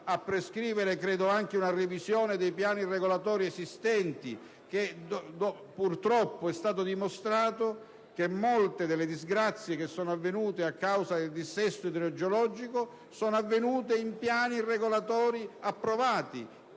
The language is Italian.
a prescrivere anche una revisione dei piani regolatori esistenti. Purtroppo, è stato dimostrato che molte delle disgrazie dovute a causa di dissesto idrogeologico sono avvenute in situazioni di piani regolatori approvati,